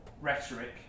rhetoric